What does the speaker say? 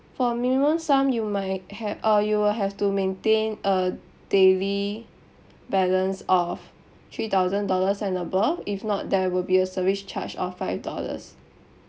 for minimum sum you might have uh you will have to maintain a daily balance of three thousand dollars and above if not there will be a service charge of five dollars